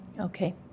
Okay